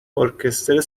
ارکستر